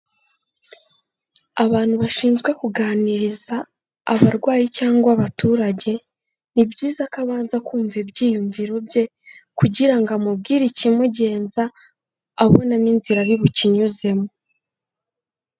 Abantu bashinzwe kuganiriza abarwayi cyangwa abaturage ni byiza ko abanza kumva ibyiyumviro bye kugira ngo amubwire ikimugenza, abona n'inzira ari bukinyuzemo.